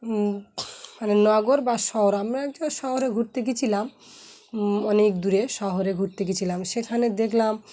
মানে নগর বা শহর আমরা একজন শহরে ঘুরতে গিয়েছিলাম অনেক দূরে শহরে ঘুরতে গিয়েছিলাম সেখানে দেখলাম